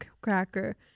cracker